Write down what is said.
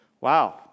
Wow